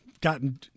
gotten